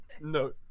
No